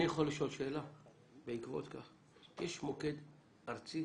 יש מוקד ארצי